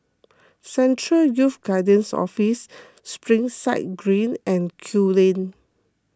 Central Youth Guidance Office Springside Green and Kew Lane